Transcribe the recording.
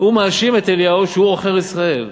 הוא מאשים את אליהו שהוא עוכר ישראל.